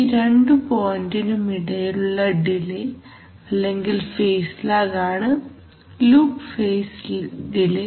ഈ രണ്ടു പോയിന്റിനും ഇടയിലുള്ള ഡിലെ അല്ലെങ്കിൽ ഫേസ് ലാഗ് ആണ് ലൂപ് ഫേസ് ഡിലെ